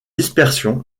dispersion